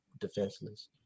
defenseless